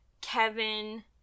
Kevin